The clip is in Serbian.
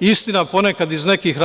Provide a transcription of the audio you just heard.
Istina, ponekad iz nekih